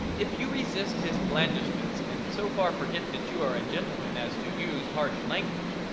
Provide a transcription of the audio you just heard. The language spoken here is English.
if you resist his blandishments and so far forget that you are a gentleman as to use harsh language,